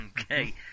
Okay